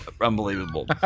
unbelievable